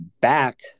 back